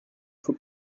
faut